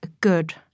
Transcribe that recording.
good